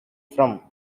from